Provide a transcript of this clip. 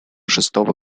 шестого